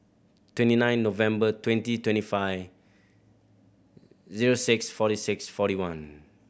twenty nine November twenty twenty five zero six forty six forty one